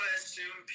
assume